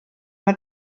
mit